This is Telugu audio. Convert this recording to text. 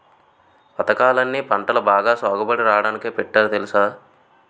పదకాలన్నీ పంటలు బాగా సాగుబడి రాడానికే పెట్టారు తెలుసా?